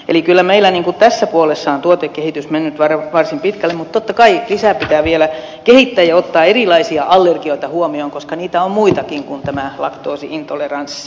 eli kyllä meillä tässä puolessa on tuotekehitys mennyt varsin pitkälle mutta totta kai lisää pitää vielä kehittää ja ottaa erilaisia allergioita huomioon koska niitä on muitakin kuin tämä laktoosi intoleranssi